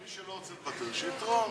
מי שלא רוצה לוותר, שיתרום,